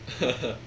uh hehe